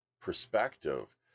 perspective